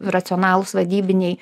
racionalūs vadybiniai